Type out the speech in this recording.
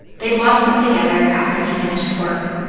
they'd watch them together after he finished work.